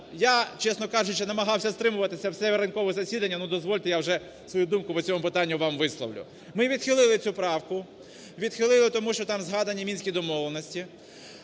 Я, чесно кажучи, намагався стримуватися все ранкове засідання, но дозвольте я вже свою думку по цьому питанню вам висловлю. Ми відхилили цю правку, відхилили тому, що там згадані Мінські домовленості,